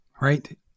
right